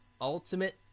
Ultimate